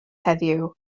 heddiw